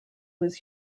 was